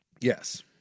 Yes